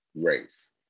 race